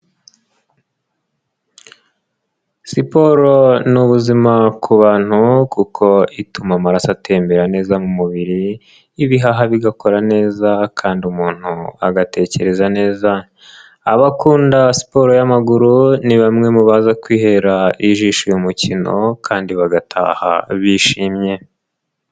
Siporo n'ubuzima ku bantu kuko ituma amaraso atembera neza mu mubiri, ibihaha bigakora neza kandi umuntu agatekereza neza. Abakunda siporo y'amaguru, ni bamwe mu baza kwihera ijisho uyu mukino kandi bagataha bishimye.